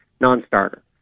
non-starter